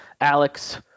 Alex